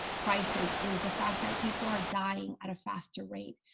crisis is the fact that people are dying at a faster rate.